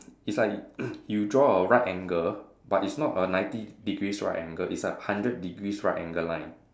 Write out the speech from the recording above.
it's like you draw a right angle but it's not a ninety degrees right angle it's a hundred degrees right angle line